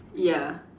ya